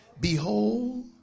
behold